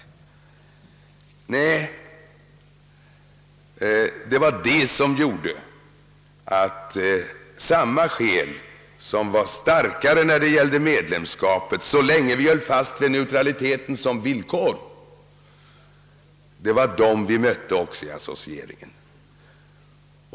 Det var detta som gjorde att motståndet mot oss, som var starkare beträffande medlemskapet så länge vi höll fast vid neutraliteten som villkor, också mötte oss då det gällde associeringen.